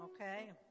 okay